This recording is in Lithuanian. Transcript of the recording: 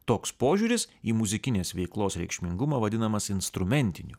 toks požiūris į muzikinės veiklos reikšmingumą vadinamas instrumentiniu